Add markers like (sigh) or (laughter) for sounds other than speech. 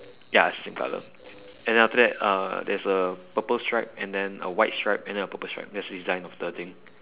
ya same color (noise) and then after that uh there's a purple stripe and then a white stripe and then a purple stripe that's the design of the thing